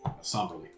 somberly